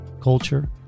culture